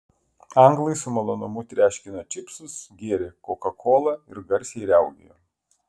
anglai su malonumu treškino čipsus gėrė kokakolą ir garsiai riaugėjo